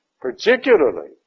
particularly